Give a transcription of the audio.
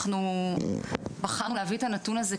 אנחנו בחרנו להביא את הנתון הזה,